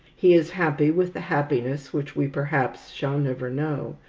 he is happy with the happiness which we perhaps shall never know,